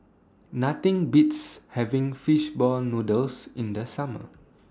Nothing Beats having Fish Ball Noodles in The Summer